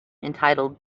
entitled